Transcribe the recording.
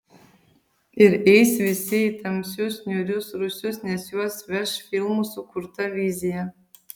ir eis visi į tamsius niūrius rūsius nes juos veš filmų sukurta vizija